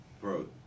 Bro